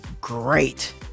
great